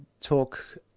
talk